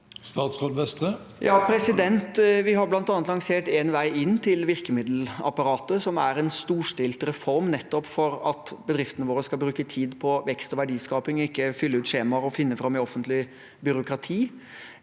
Christian Vestre Vi har bl.a. lansert Én vei inn til virkemiddelapparatet, som er en storstilt reform nettopp for at bedriftene våre skal bruke tid på vekst og verdiskaping og ikke på å fylle ut skjemaer og finne fram i offentlig byråkrati.